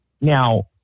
Now